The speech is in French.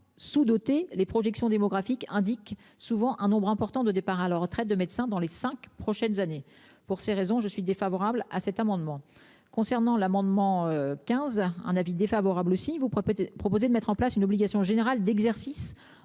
sous-dotés les projections démographiques indiquent souvent un nombre important de départs alors traite de médecins dans les 5 prochaines années. Pour ces raisons je suis défavorable à cet amendement concernant l'amendement 15 un avis défavorable. Si vous proposer de mettre en place une obligation générale d'exercice